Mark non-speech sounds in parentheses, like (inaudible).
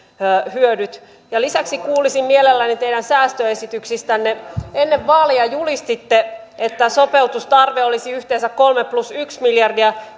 hyödyt lisäksi kuulisin mielelläni teidän säästöesityksistänne ennen vaaleja julistitte että sopeutustarve olisi yhteensä kolme plus yksi miljardia (unintelligible)